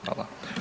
Hvala.